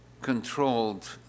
controlled